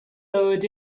lowered